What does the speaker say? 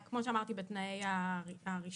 זה יופיע, כמו שאמרתי, בתנאי הרישום.